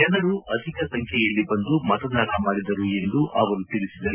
ಜನರು ಅಧಿಕ ಸಂಖ್ಲೆಯಲ್ಲಿ ಬಂದು ಮತದಾನ ಮಾಡಿದರು ಎಂದು ಅವರು ತಿಳಿಸಿದರು